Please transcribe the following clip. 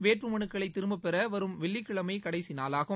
வேட்புமனுக்களை திரும்பப்பெற வரும் வெள்ளிக்கிழமை கடைசி நாளாகும்